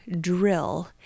drill